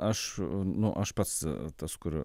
aš nu aš pats tas kur